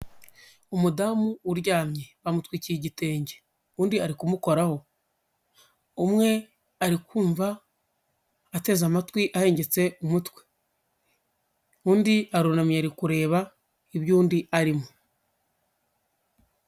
Umudamu uryamye bamutwikiye igitenge undi ari kumukoraho. umwe ari kumva ateze amatwi ahengetse umutwe, undi arunamye ari kureba ibyo undi arimo.